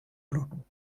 bluten